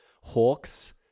hawks